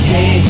Hey